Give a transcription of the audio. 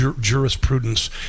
jurisprudence